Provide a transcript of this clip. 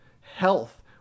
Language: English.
health